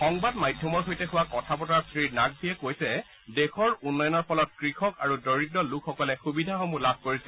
সংবাদ মাধ্যমৰ সৈতে হোৱা কথাবতৰাত শ্ৰীনাকভিয়ে কৈছে দেশৰ উন্নয়নৰ ফলত কৃষক আৰু দৰিদ্ৰলোকসকলে সুবিধাসমূহ লাভ কৰিছে